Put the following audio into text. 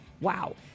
wow